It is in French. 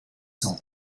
son